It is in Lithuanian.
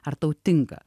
ar tau tinka